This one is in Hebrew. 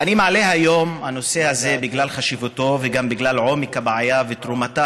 אני מעלה היום את הנושא הזה בגלל חשיבותו וגם בגלל עומק הבעיה ותרומתה